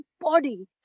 body